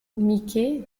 mickey